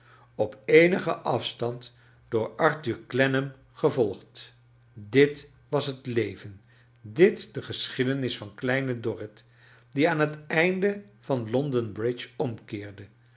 op eenigen afstand door arthur clennam gevolgd dit was het leven dit de geschiedenis van kleine dorrit die aan het einde van london bridge omkeerde